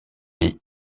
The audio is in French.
est